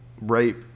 rape